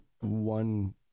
one